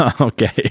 Okay